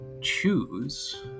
choose